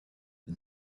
the